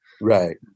right